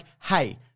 hey